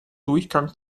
durchgang